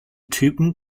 typen